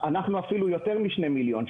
אנחנו אפילו יותר מ-2 מיליון.